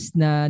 na